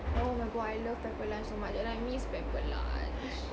oh my god I love pepper lunch so much and I miss pepper lunch